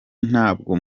ntabwo